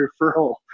referral